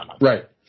Right